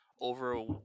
over